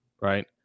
right